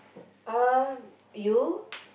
um you